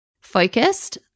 focused